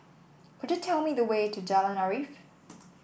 could you tell me the way to Jalan Arif